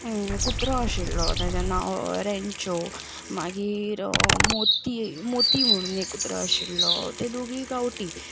कुत्रो आशिल्लो ताचें नांव रेंचो मागीर मोती मोती म्हणून एक कुत्रो आशिल्लो ते दोगूय गांवठी